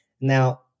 Now